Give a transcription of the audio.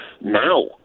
now